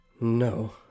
No